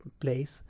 place